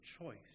choice